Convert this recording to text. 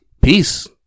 Peace